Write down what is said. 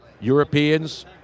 Europeans